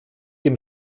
dem